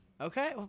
Okay